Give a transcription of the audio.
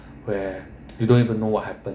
where you don't even know what happen